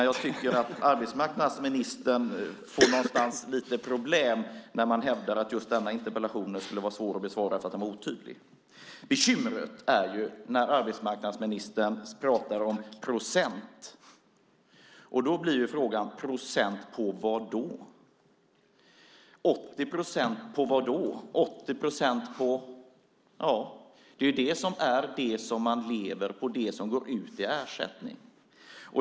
Jag tycker att arbetsmarknadsministern får lite problem när han hävdar att just denna interpellation skulle vara svår att besvara för att den var otydlig. Bekymret uppstår när arbetsmarknadsministern pratar om procent. Då blir frågan: Procent på vad? 80 procent på vad? Det är det som man lever på, det som går ut i ersättning.